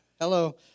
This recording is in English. hello